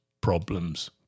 problems